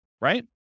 right